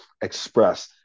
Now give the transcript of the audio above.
express